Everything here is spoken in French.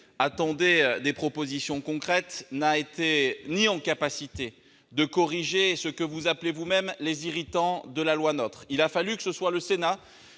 attendait des propositions concrètes, n'a pas été capable de corriger ce que vous appelez vous-mêmes « les irritants » de la loi NOTRe. Il a fallu que le Sénat